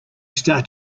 start